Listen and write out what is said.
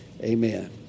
Amen